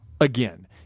Again